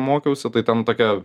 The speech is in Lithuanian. mokiausi tai ten tokia